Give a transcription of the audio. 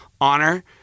honor